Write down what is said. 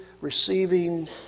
receiving